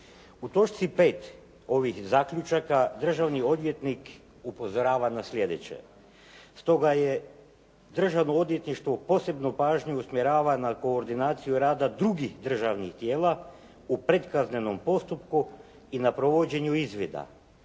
U točci 5. ovih zaključaka državni odvjetnik upozorava na slijedeće. Stoga je Državno odvjetništvo posebnu pažnju usmjerava na koordinaciju rada drugih državnih tijela u pred kaznenom postupku i na provođenju izvida.